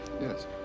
Yes